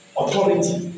authority